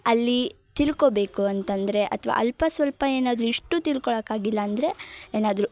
ಅಲ್ಲಿ ತಿಳ್ಕೊಬೇಕು ಅಂತಂದರೆ ಅಥ್ವ ಅಲ್ಪ ಸ್ವಲ್ಪ ಏನಾದರು ಇಷ್ಟು ತಿಳ್ಕೊಳಕಾಗಿಲ್ಲ ಅಂದರೆ ಏನಾದರು